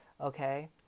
okay